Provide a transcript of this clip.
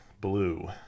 Blue